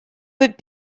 would